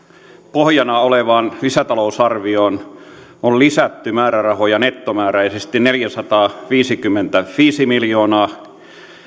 pohjana olevaan lisätalousarvioon on lisätty määrärahoja nettomääräisesti neljäsataaviisikymmentäviisi miljoonaa